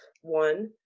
one